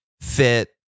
fit